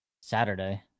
Saturday